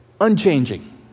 unchanging